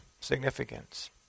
significance